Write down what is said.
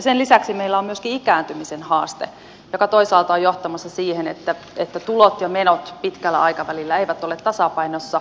sen lisäksi meillä on myöskin ikääntymisen haaste joka toisaalta on johtamassa siihen että tulot ja menot pitkällä aikavälillä eivät ole tasapainossa